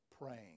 praying